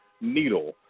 Needle